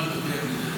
מה תרוויח מזה?